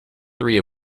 three